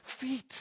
feet